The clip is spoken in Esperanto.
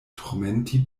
turmenti